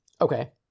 Okay